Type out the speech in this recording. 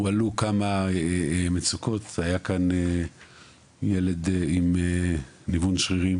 הועלו כמה מצוקות: היה פה ילד עם ניוון שרירים